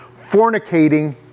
fornicating